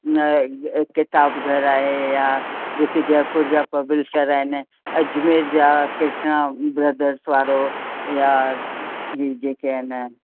किताब घर आहे या जेके जयपुर जा पब्लिशर आहिनि अजमेर जा कृष्णा ब्रदर्स वारो या इहे जेके आहिनि